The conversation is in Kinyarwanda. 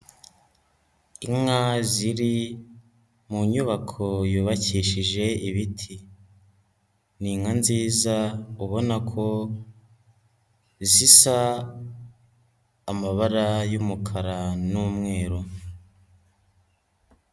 Inka ziri mu nyubako yubakishije ibiti. Ni inka nziza, ubona ko, zisa amabara y'umukara n'umweru.